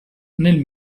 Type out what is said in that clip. nel